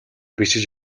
бичиж